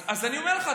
אז אני אומר לך,